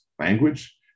language